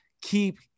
Keep